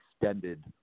extended